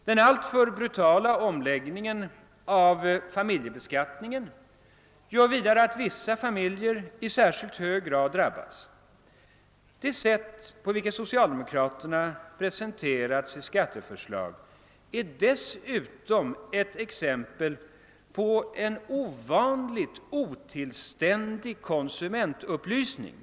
Den alltför brutala omläggningen av familjebeskattningen medför vidare att vissa familjer i särskilt hög grad drabbas. Det sätt på vilket socialdemokraterna presenterar sitt skatteförslag är dessutom ett exempel på en ovanligt otillständig konsumentupplysning.